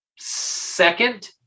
second